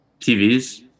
TVs